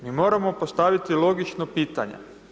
Mi moramo postaviti logično pitanja.